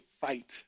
fight